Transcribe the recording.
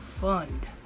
Fund